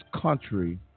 country